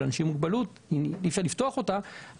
לאנשים עם מוגבלות ואי אפשר לפתוח אותה,